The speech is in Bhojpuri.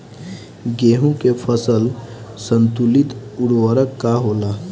गेहूं के फसल संतुलित उर्वरक का होला?